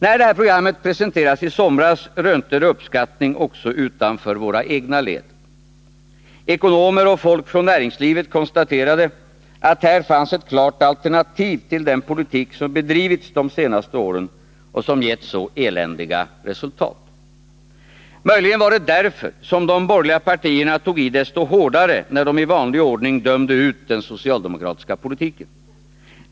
När programmet presenterades i somras rönte det uppskattning också utanför våra egna led. Ekonomer och folk från näringslivet konstaterade att här fanns ett klart alternativ till den politik som bedrivits de senaste åren — och som gett så eländiga resultat. Möjligen var det därför som de borgerliga partierna tog i desto hårdare när de i vanlig ordning dömde ut den socialdemokratiska politiken.